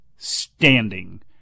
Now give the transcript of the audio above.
Standing